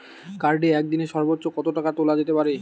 কার্ডে একদিনে সর্বোচ্চ কত টাকা তোলা যেতে পারে?